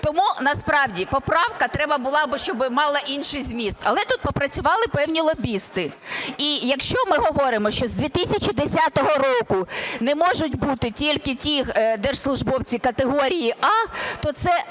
Тому, насправді, поправка, треба було би, щоби мала інший зміст, але тут попрацювали певні лобісти. І якщо ми говоримо, що з 2010 року не можуть бути тільки ті держслужбовці категорії А, то це